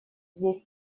здесь